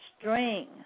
string